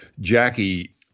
Jackie